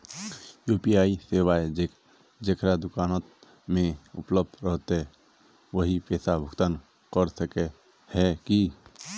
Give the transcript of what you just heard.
UPI सेवाएं जेकरा दुकान में उपलब्ध रहते वही पैसा भुगतान कर सके है की?